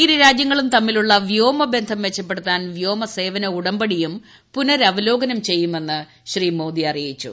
ഇരു തരാജ്യങ്ങളും തമ്മിലുള്ള വ്യോമബന്ധം മെച്ചപ്പെടുത്താൻ വ്യോമ സേവന ഉടമ്പടിയും പുനരവലോകനം ചെയ്യുമെന്നും ശ്രീ മോദി അറിയിച്ചു